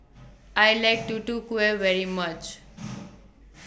I like Tutu Kueh very much